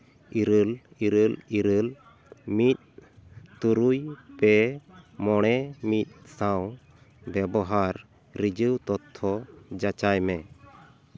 ᱤᱨᱟᱹᱞ ᱤᱨᱟᱹᱞ ᱤᱨᱟᱹᱞ ᱢᱤᱫ ᱛᱩᱨᱩᱭ ᱯᱮ ᱢᱚᱬᱮ ᱢᱤᱫ ᱥᱟᱶ ᱵᱮᱵᱚᱦᱟᱨ ᱨᱮᱡᱤᱭᱳ ᱛᱚᱛᱛᱷᱚ ᱡᱟᱪᱟᱭ ᱢᱮ